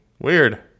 weird